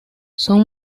son